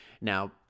Now